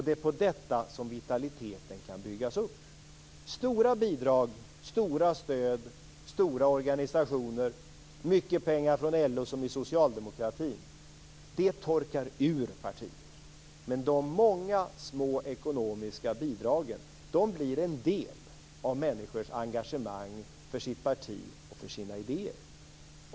Det är på detta som vitaliteten kan byggas upp. Stora bidrag, stora stöd, stora organisationer, mycket pengar från LO som hos socialdemokratin torkar ut partier. Men de många små ekonomiska bidragen blir en del av människors engagemang för sitt parti och sina idéer.